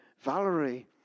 Valerie